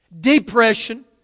depression